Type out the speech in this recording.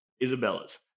Isabella's